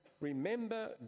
remember